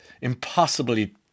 impossibly